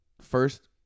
first